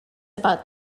about